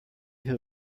who